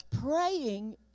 praying